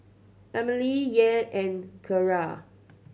Emilie Yael and Keara